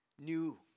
new